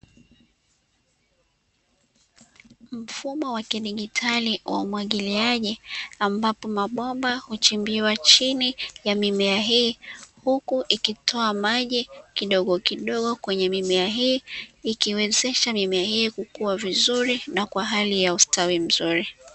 Mfumo wa kidigitali wa umwagiliaji ambapo mabomba huchimbiwa chini ya mimea hii, huku ikitoa maji kidogokidogo kwenye mimea hii ikiwezesha mimea hii kukuwa vizuri na kwa hali ya ustawi mzuri.